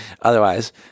Otherwise